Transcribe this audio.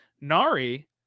Nari